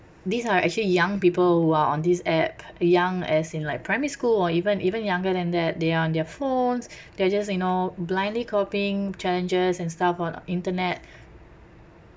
these are actually young people who are on this app young as in like primary school or even even younger than that they are their phones they are just you know blindly copying challenges and stuff on internet